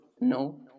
No